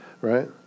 right